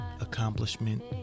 accomplishment